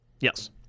yes